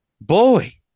Boy